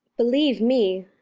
believe me,